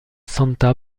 santa